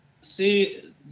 See